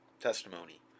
testimony